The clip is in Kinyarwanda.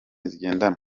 zigendanwa